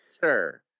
sir